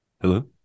hello